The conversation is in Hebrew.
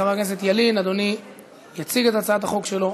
חבר הכנסת ילין, אדוני יציג את הצעת החוק שלו.